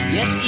Yes